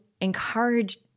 encourage